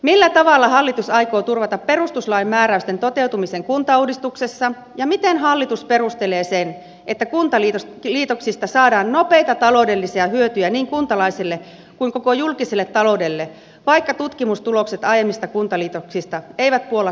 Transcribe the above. millä tavalla hallitus aikoo turvata perustuslain määräysten toteutumisen kuntauudistuksessa ja miten hallitus perustelee sen että kuntaliitoksista saadaan nopeita taloudellisia hyötyjä niin kuntalaisille kuin koko julkiselle taloudelle vaikka tutkimustulokset aiemmista kuntaliitoksista eivät puolla suuruuden ekonomiaa